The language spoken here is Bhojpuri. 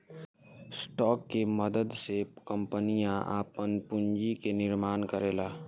स्टॉक के मदद से कंपनियां आपन पूंजी के निर्माण करेला